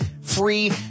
free